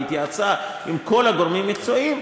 והתייעצה עם כל הגורמים המקצועיים,